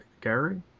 Gary